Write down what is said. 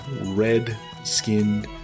red-skinned